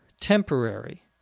temporary